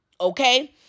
Okay